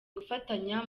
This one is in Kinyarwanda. gufatanya